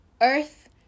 earth